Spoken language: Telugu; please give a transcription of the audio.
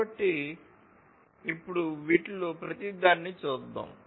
కాబట్టి ఇప్పుడు వీటిలో ప్రతిదానిని చూద్దాం